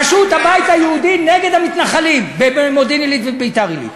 פשוט הבית היהודי נגד המתנחלים במודיעין-עילית ובביתר-עילית.